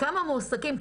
כמה מועסקים,